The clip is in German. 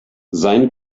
sein